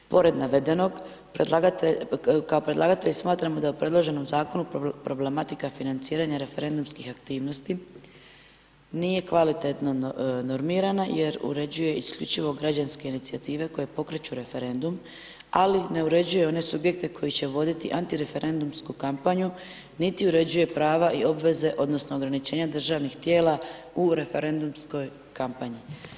Pored navedenog, kao predlagatelj smatramo da u predloženom zakonu, problematika financiranja referendumskih aktivnosti, nije kvalitetno normirano, jer uređuje isključivo građanske inicijative koje pokreću referendum, ali ne uređuje one subjekte, koji će voditi antireferendumsku kampanju, niti uređuje prava i obveze, odnosno, ograničenja državnih tijela u referendumskoj kampanju.